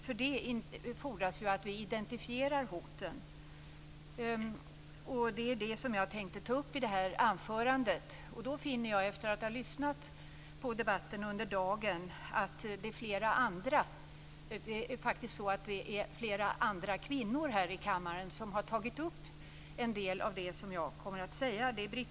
För det fordras att vi identifierar hoten. Och det är det som jag tänkte ta upp i detta anförande. Efter att ha lyssnat på debatten under dagen finner jag att det är flera andra kvinnor här i kammaren som har tagit upp en del av det som jag kommer att säga.